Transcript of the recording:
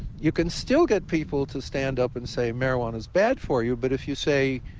you can still get people to stand up and say, marijuana is bad for you. but if you say,